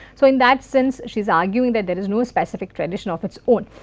so in that sense she is arguing that there is no specific tradition of its own.